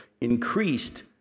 increased